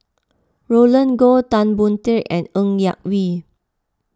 Roland Goh Tan Boon Teik and Ng Yak Whee